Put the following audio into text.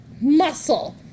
muscle